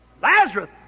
Lazarus